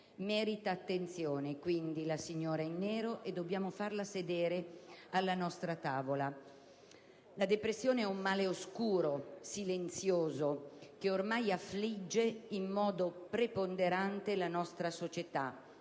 merita attenzione e dobbiamo farla sedere alla nostra tavola. La depressione è un male oscuro, silenzioso, che ormai affligge in modo preponderante la nostra società.